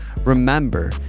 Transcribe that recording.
remember